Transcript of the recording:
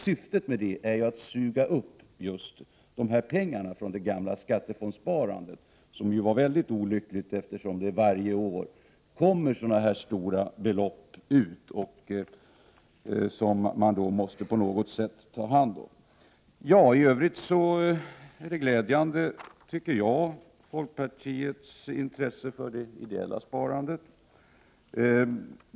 Syftet med detta är ju att just suga upp pengarna från det gamla skattefondssparandet, som ju var mycket olyckligt, eftersom det varje år lösgörs stora belopp som man på något sätt måste ta hand om. Jag tycker att folkpartiets intresse för det ideella sparandet är glädjande.